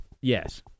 Yes